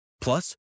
Plus